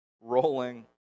rolling